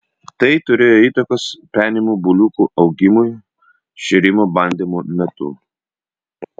tai turėjo įtakos penimų buliukų augimui šėrimo bandymo metu